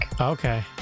Okay